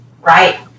right